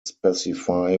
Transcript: specify